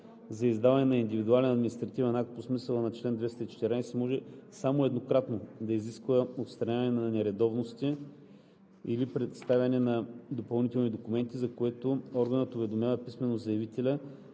за издаване на индивидуален административен акт по смисъла на чл. 214, може само еднократно да изисква отстраняване на нередовности или представяне на допълнителни документи, за което органът уведомява писмено заявителя